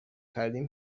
کردیم